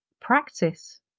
practice